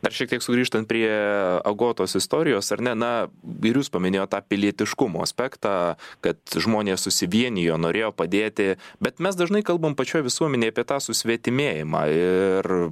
dar šiek tiek sugrįžtant prie agotos istorijos ar ne na ir jūs paminėjot tą pilietiškumo aspektą kad žmonės susivienijo norėjo padėti bet mes dažnai kalbam pačioj visuomenėj apie tą susvetimėjimą ir